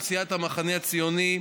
של סיעת המחנה הציוני,